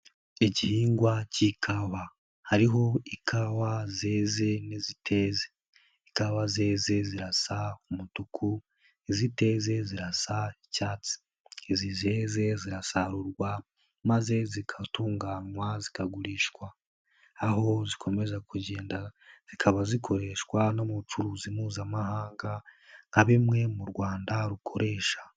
Igihingwa k'ikawa hariho ikawa zeze n'iziteze, ikawa zeze zirasa umutuku iziteze zirasa icyatsi. Izi zeze zirasarurwa maze zigatunganywa zikagurishwa aho zikomeza kugenda zikaba zikoreshwa no mu bucuruzi Mpuzamahanga nka bimwe mu Rwanda rukoresha.